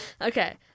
okay